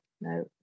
no